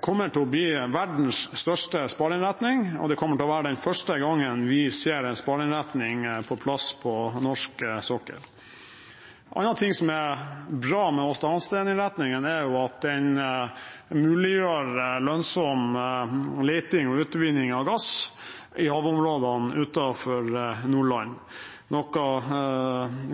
kommer til å bli verdens største Spar-innretning, og det kommer til å være den første gangen vi ser en Spar-innretning på plass på norsk sokkel. En annen ting som er bra med Aasta Hansteen-innretningen, er at den muliggjør lønnsom leting og utvinning av gass i havområdene utenfor Nordland, noe